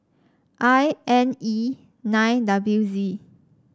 I N E nine W Z